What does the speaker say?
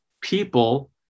people